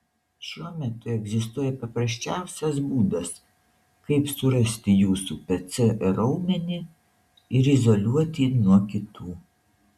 šiuo metu egzistuoja paprasčiausias būdas kaip surasti jūsų pc raumenį ir izoliuoti nuo kitų